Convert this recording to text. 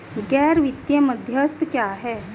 गैर वित्तीय मध्यस्थ क्या हैं?